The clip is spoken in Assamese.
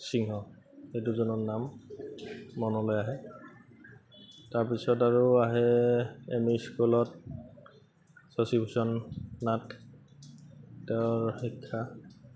সিংহ সেই দুজনৰ নাম মনলে আহে তাৰপিছত আৰু আহে এম ই স্কুলত শশীভূষন নাথ তেওঁৰ শিক্ষা